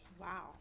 Wow